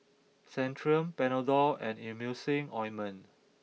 Centrum Panadol and Emulsying Ointment